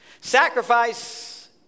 Sacrifice